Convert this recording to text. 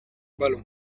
ballon